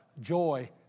joy